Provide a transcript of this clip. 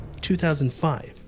2005